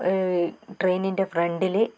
ട്രെയിനിൻ്റെ ഫ്രണ്ടിൽ